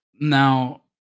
Now